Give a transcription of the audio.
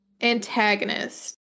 antagonist